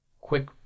quick